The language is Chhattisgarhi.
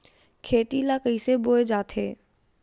खेती ला कइसे बोय जाथे?